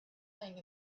lying